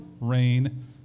rain